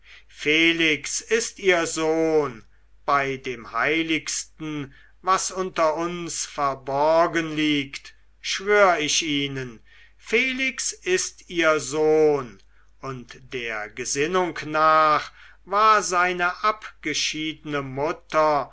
felix ist ihr sohn bei dem heiligsten was unter uns verborgen liegt schwör ich ihnen felix ist ihr sohn und der gesinnung nach war seine abgeschiedne mutter